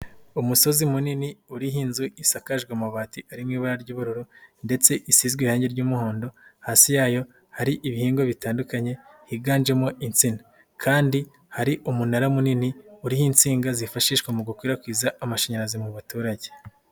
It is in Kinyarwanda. Umusozi munini urihoa inzu isakajwe mabati ari mu ibara ry'ubururu ndetse isizwe irangi ry'umuhondo, hasi yayo hari ibihingwa bitandukanye higanjemo insina kandi hari umunara munini uriho insinga zifashishwa mu gukwirakwiza amashanyarazi mu baturage.